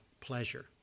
pleasure